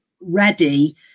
ready